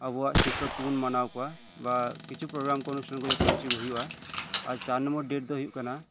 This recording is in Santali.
ᱟᱵᱚᱣᱟᱜ ᱥᱤᱠᱠᱷᱚᱠ ᱠᱚᱵᱚᱱ ᱢᱟᱱᱟᱣ ᱠᱚᱣᱟ ᱵᱟ ᱠᱤᱪᱷᱩ ᱯᱨᱳᱜᱽᱨᱟᱢ ᱠᱚ ᱡᱚᱛᱚ ᱠᱤᱪᱷᱩ ᱜᱮ ᱦᱩᱭᱩᱜᱼᱟ ᱟᱨ ᱪᱟᱨ ᱱᱚᱢᱵᱚᱨ ᱰᱮᱴ ᱫᱚ ᱦᱩᱭᱩᱜ ᱠᱟᱱᱟ